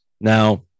Now